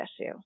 issue